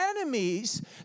enemies